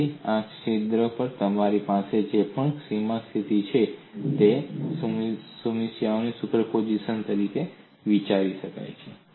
તેથી આ છિદ્ર પર તમારી પાસે જે પણ સીમા સ્થિતિ છે તે બે સમસ્યાઓની સુપરપોઝિશન તરીકે વિચારી શકાય છે